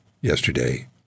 yesterday